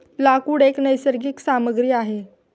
लाकूड एक नैसर्गिक सामग्री आहे